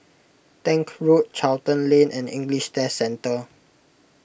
Tank Road Charlton Lane and English Test Centre